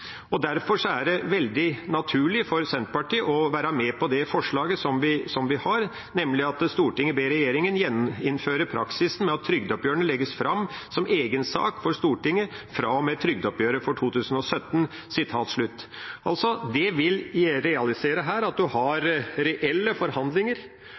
Derfor er det veldig naturlig for Senterpartiet å være med på forslaget som vi har, nemlig at Stortinget ber «regjeringen gjeninnføre praksisen med at trygdeoppgjørene legges frem som egen sak for Stortinget fra og med trygdeoppgjøret for 2017». Altså: Det vil realisere her at